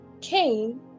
Cain